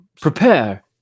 Prepare